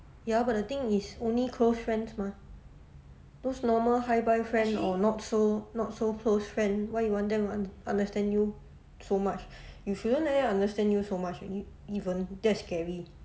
ya but the thing is only close friends mah those normal hi bye friends or not so not so close friend why you want them un~ understand you so much you shouldn't let them understand you so much e~ even that's scary